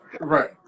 right